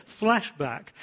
flashback